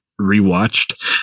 rewatched